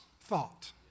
thought